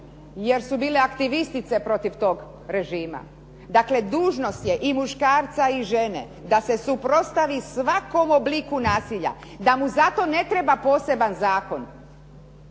Jer su bile aktivistice protiv toga režima. Dakle, dužnost je i muškarca i žene da se suprotstavi svakom obliku nasilja, da mu za to ne treba poseban zakon.